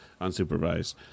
unsupervised